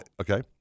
Okay